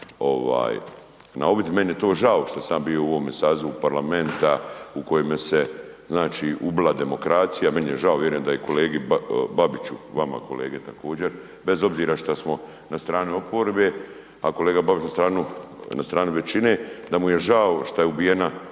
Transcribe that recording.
na uvid, meni je to žao što sam ja bio u ovom sazivu parlamenta u kojemu se ubila demokracija, meni je žao, vjerujem da je i kolegi Babiću, vama kolege također, bez obzira šta smo na strani oporbe, a kolega Babić na strani većine, da mu je žao šta je ubijena